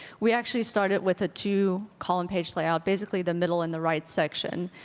we actually started with a two column page layout, basically the middle and the right section.